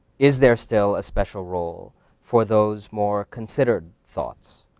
is there still a special role for those more considered thoughts,